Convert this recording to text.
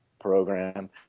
program